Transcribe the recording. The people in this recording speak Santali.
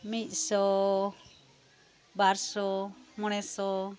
ᱢᱤᱫᱥᱳ ᱵᱟᱨᱥᱳ ᱢᱚᱬᱮᱥᱳ